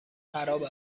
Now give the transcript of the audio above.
خراب